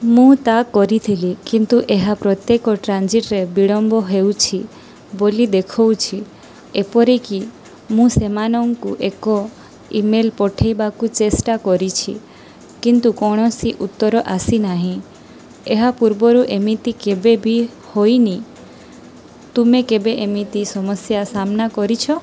ମୁଁ ତା' କରିଥିଲି କିନ୍ତୁ ଏହା ପ୍ରତ୍ୟେକ ଟ୍ରାନଜିଟ୍ରେ ବିଳମ୍ବ ହେଉଛି ବୋଲି ଦେଖାଉଛି ଏପରିକି ମୁଁ ସେମାନଙ୍କୁ ଏକ ଇ ମେଲ୍ ପଠାଇବାକୁ ଚେଷ୍ଟା କରିଛି କିନ୍ତୁ କୌଣସି ଉତ୍ତର ଆସିନାହିଁ ଏହା ପୂର୍ବରୁ ଏମିତି କେବେ ବି ହୋଇନି ତୁମେ କେବେ ଏମିତି ସମସ୍ୟା ସାମ୍ନା କରିଛ